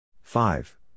Five